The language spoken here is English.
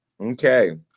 Okay